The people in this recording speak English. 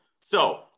So-